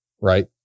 right